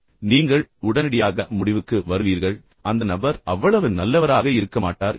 எனவே நீங்கள் உடனடியாக முடிவுக்கு வருவீர்கள் அந்த நபர் உண்மையில் அவ்வளவு நல்லவராக இருக்க மாட்டார் என்று